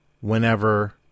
whenever